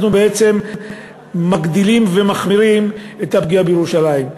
אנחנו בעצם מגדילים ומחמירים את הפגיעה בירושלים.